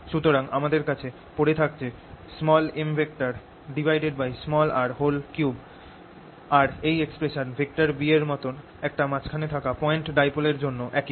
সুতরাং আমাদের কাছে পড়ে থাকছে mr3 আর এই এক্সপ্রেশন B এর মতন একটা মাঝখানে থাকা পয়েন্ট ডাইপোল এর জন্য একই